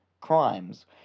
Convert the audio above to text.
crimes